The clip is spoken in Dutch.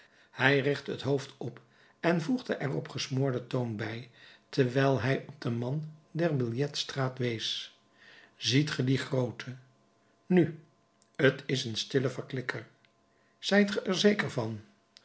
hij richtte het hoofd op en voegde er op gesmoorden toon bij terwijl hij op den man der billettes straat wees ziet ge dien groote nu t is een stille verklikker zijt ge er zeker van